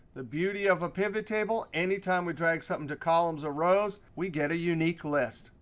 the beauty of a pivottable anytime we drag something to columns or rows, we get a unique list.